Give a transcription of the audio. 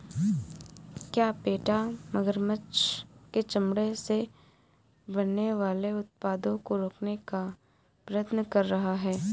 क्या पेटा मगरमच्छ के चमड़े से बनने वाले उत्पादों को रोकने का प्रयत्न कर रहा है?